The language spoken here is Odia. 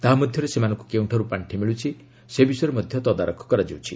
ତାହା ମଧ୍ୟରେ ସେମାନଙ୍କୁ କେଉଁଠାର୍ ପାଣ୍ଡି ମିଳୁଛି ସେ ବିଷୟରେ ମଧ୍ୟ ତଦାରଖ କରାଯାଇଛି